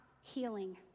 healing